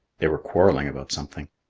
they were quarrelling about something.